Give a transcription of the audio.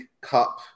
Cup